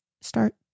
start